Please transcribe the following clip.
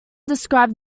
described